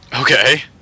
Okay